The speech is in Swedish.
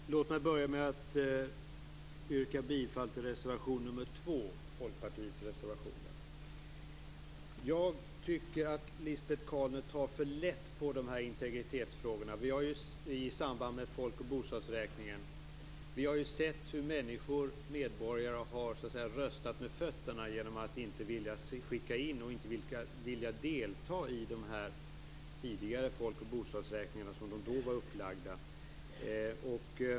Herr talman! Låt mig börja med att yrka bifall till reservation nr 2 - Folkpartiets reservation. Jag tycker att Lisbet Calner tar för lätt på integritetsfrågorna i samband med folk och bostadsräkningen. Vi har sett hur medborgare har röstat med fötterna genom att inte delta i de tidigare folk och bostadsräkningarna.